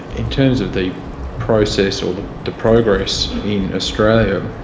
in terms of the process or the the progress in australia,